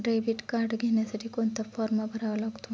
Debit card घेण्यासाठी कोणता form भरावा लागतो?